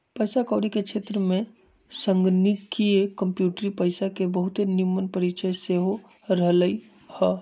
पइसा कौरी के क्षेत्र में संगणकीय कंप्यूटरी पइसा के बहुते निम्मन परिचय सेहो रहलइ ह